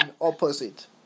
opposite